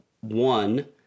one